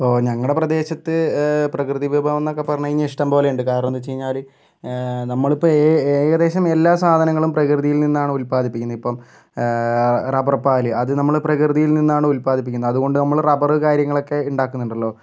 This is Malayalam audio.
ഇപ്പോൾ ഞങ്ങളുടെ പ്രദേശത്ത് പ്രകൃതി വിഭവം എന്നൊക്കെ പറഞ്ഞു കഴിഞ്ഞാൽ ഇഷ്ടം പോലെയുണ്ട് കാരണമെന്തെന്ന് വെച്ച് കഴിഞ്ഞാൽ നമ്മൾ ഇപ്പം എ ഏകദേശം എല്ലാ സാധനങ്ങളും പ്രകൃതിയിൽ നിന്നാണ് ഉല്പാദിപ്പിക്കുന്നത് ഇപ്പം റബർ പാല് അത് നമ്മൾ പ്രകൃതിയിൽ നിന്നാണ് ഉല്പാദിപ്പിക്കുന്നത് അതുകൊണ്ട് നമ്മൾ റബ്ബർ കാര്യങ്ങളൊക്കെ ഉണ്ടാക്കുന്നുണ്ടല്ലോ